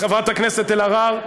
חברת הכנסת אלהרר,